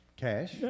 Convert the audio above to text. Cash